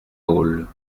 haule